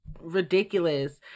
ridiculous